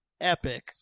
epic